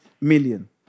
million